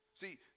See